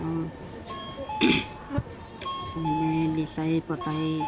और हमारे लिसाई पोताई